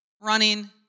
running